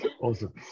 Awesome